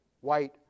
white